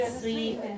Sweet